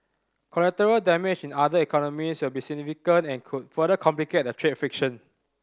collateral damage in other economies will be significant and could further complicate the trade friction